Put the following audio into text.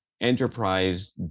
enterprise